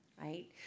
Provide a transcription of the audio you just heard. right